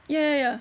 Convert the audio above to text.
ya ya ya